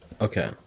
Okay